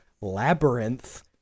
labyrinth